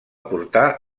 portar